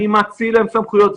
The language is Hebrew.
אני מאציל להם סמכויות.